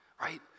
right